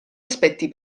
aspetti